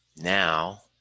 Now